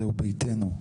זהו ביתנו,